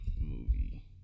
Movie